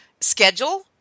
schedule